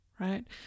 right